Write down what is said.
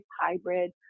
hybrid